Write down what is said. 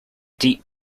deep